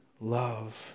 love